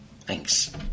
Thanks